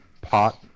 pot